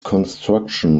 construction